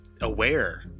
aware